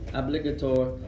obligatory